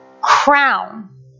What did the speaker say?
crown